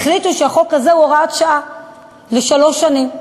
החליטו שהחוק הזה הוא הוראת שעה לשלוש שנים,